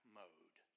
mode